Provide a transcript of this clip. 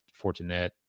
Fortinet